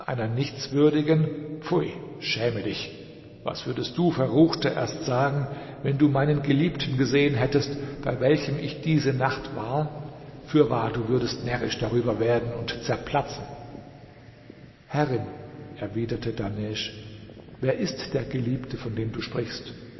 einer nichtswürdigen pfui schäme dich was würdest du verruchter erst sagen wenn du meinen geliebten gesehen hättest bei welchem ich diese nacht war fürwahr du würdest närrisch darüber werden und zerplatzen herrin erwiderte dahnesch wer ist der geliebte von dem du sprichst